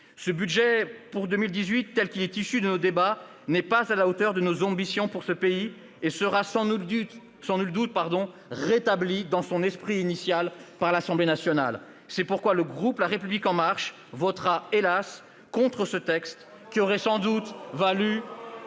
Le budget pour 2018, tel qu'il est issu de nos débats, n'est pas à la hauteur de nos ambitions pour ce pays. Il sera sans nul doute rétabli dans son esprit initial par l'Assemblée nationale. C'est pourquoi le groupe La République En Marche votera, hélas, contre ce texte, qui aurait sans doute mérité